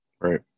Right